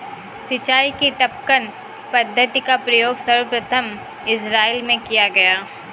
सिंचाई की टपकन पद्धति का प्रयोग सर्वप्रथम इज़राइल में किया गया